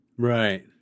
right